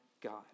God